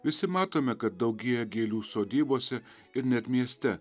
visi matome kad daugėja gėlių sodybose ir net mieste